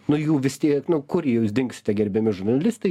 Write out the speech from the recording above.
nu jų vis tiek nu kur jūs dingsite gerbiami žurnalistai